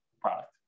product